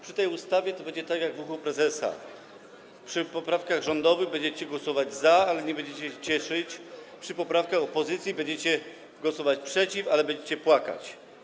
Przy tej ustawie będzie tak, jak w „Uchu prezesa”: przy poprawkach rządowych będziecie głosować za, ale nie będziecie się cieszyć, a przy poprawkach opozycji będziecie głosować przeciw, ale będziecie płakać.